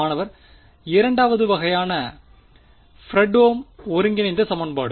மாணவர் இரண்டாவது வகையான ஃப்ரெட்ஹோம் ஒருங்கிணைந்த சமன்பாடு